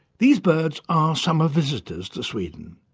these birds are summer visitors to sweden.